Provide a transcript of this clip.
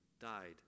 died